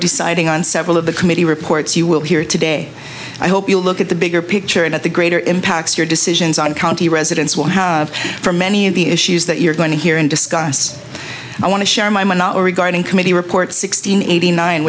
deciding on several of the committee reports you will hear today i hope you'll look at the bigger picture and at the greater impacts your decisions on county residents will have for many of the issues that you're going to hear and discuss i want to share my minotaur regarding committee report sixteen eighty nine